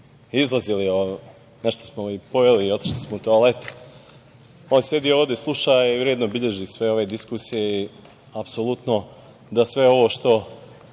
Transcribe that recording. izlazili, nešto smo i pojeli, otišli smo u toalet, a on sedi ovde, sluša i uredno beleži sve ove diskusije i apsolutno da sve ovo što